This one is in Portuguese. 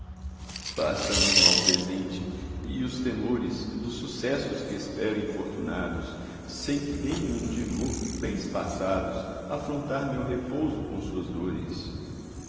basta-me o mal presente e os temores dos sucessos que espero infortunados sem que venham de novo bens passados afrontar meu repouso com suas dores